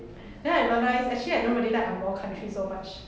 then I realised actually I don't really like angmoh countries so much